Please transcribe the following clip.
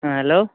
हँ हेलो